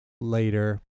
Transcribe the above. later